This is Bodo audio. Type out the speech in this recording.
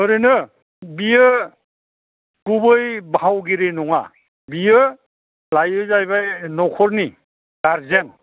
ओरैनो बियो गुबै फावगिरि नङा बियो लायो जाहैबाय नख'रनि गारजेन